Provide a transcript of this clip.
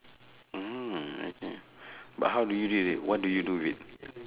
mm I see ah but how do you deal with it what do you do with it